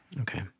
Okay